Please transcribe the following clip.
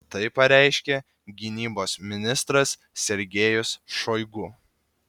tai pareiškė gynybos ministras sergejus šoigu